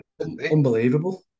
Unbelievable